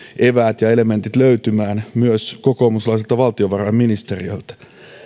eväät ja elementit löytymään myös kokoomuslaiselta valtiovarainministeriltä